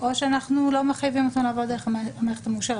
או שאנחנו לא מחייבים אותם לעבור דרך המערכת המאושרת.